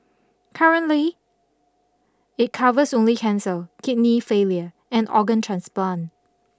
currently it covers only cancer kidney failure and organ transplant